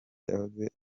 yahoze